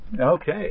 Okay